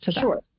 Sure